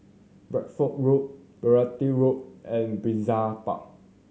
Bideford Road Beaulieu Road and Brizay Park